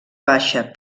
baixa